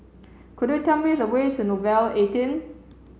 could you tell me the way to Nouvel eighteen